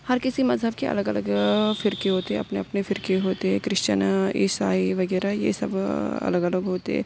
ہر کسی مذہب کے الگ الگ فرقے ہوتے ہیں اپنے اپنے فرقے ہوتے ہیں کرسچن عیسائی وغیرہ یہ سب الگ الگ ہوتے ہیں